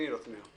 תני לו, תני לו.